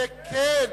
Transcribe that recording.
שכן,